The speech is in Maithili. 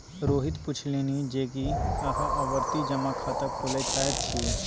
रोहित पुछलनि जे की अहाँ आवर्ती जमा खाता खोलय चाहैत छी